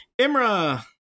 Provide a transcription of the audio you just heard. Imra